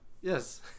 Yes